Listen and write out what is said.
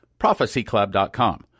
prophecyclub.com